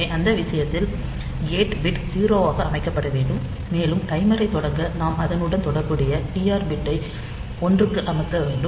எனவே அந்த விஷயத்தில் கேட் பிட் 0 ஆக அமைக்கப்பட வேண்டும் மேலும் டைமரைத் தொடங்க நாம் அதனுடன் தொடர்புடைய டிஆர் பிட்டை ஒன்றுக்கு அமைக்க வேண்டும்